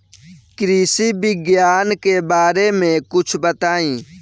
कृषि विज्ञान के बारे में कुछ बताई